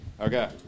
Okay